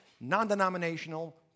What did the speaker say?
non-denominational